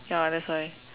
ya that's why